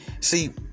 See